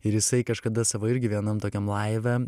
ir jisai kažkada savo irgi vienam tokiam laive